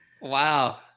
Wow